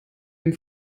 dem